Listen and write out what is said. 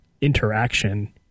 interaction